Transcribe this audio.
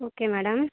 okay madam